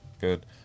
Good